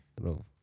bro